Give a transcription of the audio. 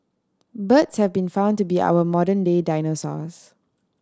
birds have been found to be our modern day dinosaurs